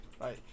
Right